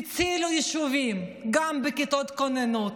הצילו יישובים, גם בכיתות כוננות,